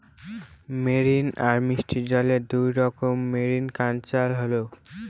marine আর মিষ্টি জলে দুইরকম মেরিকালচার হয়